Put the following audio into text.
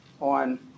on